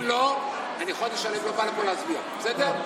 אם לא, אני חודש שלם לא בא לפה להצביע, בסדר?